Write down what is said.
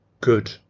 good